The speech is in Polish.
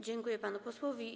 Dziękuję panu posłowi.